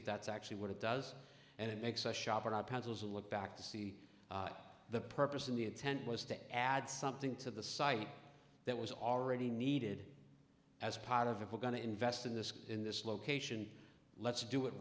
if that's actually what it does and it makes us shop on our pencils a look back to see the purpose of the intent was to add something to the site that was already needed as part of if we're going to invest in this in this location let's do it